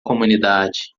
comunidade